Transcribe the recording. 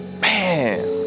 Man